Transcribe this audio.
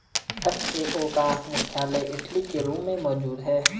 FAO का मुख्यालय Italy के रोम में मौजूद है